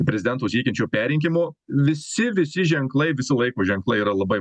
prezidento siekiančio perrinkimo visi visi ženklai visi laiko ženklai yra labai